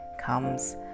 comes